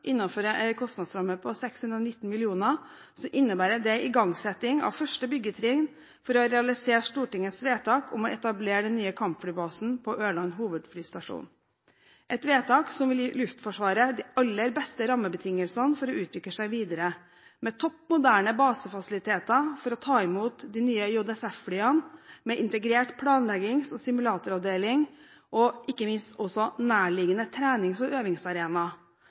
kostnadsramme på 619 mill. kr, så innebærer det igangsetting av første byggetrinn for å realisere Stortingets vedtak om å etablere den nye kampflybasen på Ørland hovedflystasjon – et vedtak som vil gi Luftforsvaret de aller beste rammebetingelsene for å utvikle seg videre, med topp moderne basefasiliteter for å ta imot de nye JSF-flyene, med integrert planleggings- og simulatoravdeling, og ikke minst også nærliggende trenings- og øvingsarena.